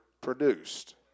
produced